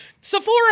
Sephora